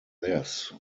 this